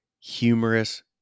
humorous